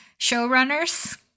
showrunners